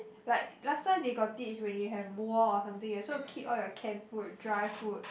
like last time they got teach when you have war or something you are supposed to keep all your can food dry food